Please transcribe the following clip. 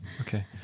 Okay